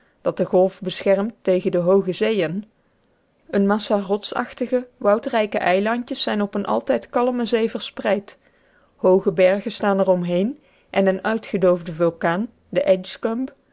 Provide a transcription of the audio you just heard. dat de golf beschermt tegen de hooge zeeën een massa rotsachtige woudrijke eilandjes zijn op eene altijd kalme zee verspreid hooge bergen staan er omheen en een uitgedoofde vulkaan de